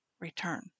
return